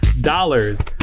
dollars